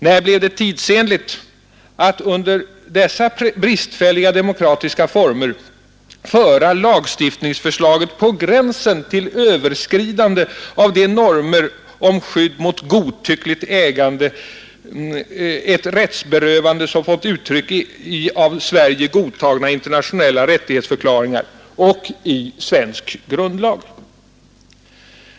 När blev det tidsenligt att under dessa bristfälliga demokratiska former föra lagstiftningsförslaget på gränsen till överskridande av de normer om skydd mot godtyckligt ägande, ett rättsberövande som fått uttryck i av Sverige godtagna internationella rättighetsförklaringar och i svensk grundlag?